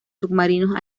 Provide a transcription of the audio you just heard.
submarinos